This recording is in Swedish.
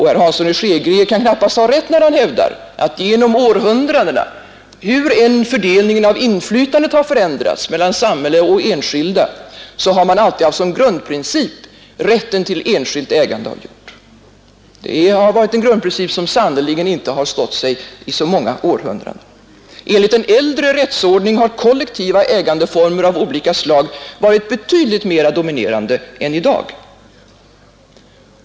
Herr Hansson i Skegrie kan knappast ha rätt när han hävdar att vi här i Sverige genom århundraden, hur än fördelningen av inflytandet har förändrats mellan samhälle och enskilda, alltid har haft som grundprincip rätten till enskilt ägande av jord. Den grundprincipen har sannerligen inte stått sig i så många århundraden. Enligt den äldre rättsordningen har kollektiva ägandeformer av olika slag varit betydligt mera dominerande än i dag.